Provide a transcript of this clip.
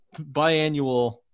biannual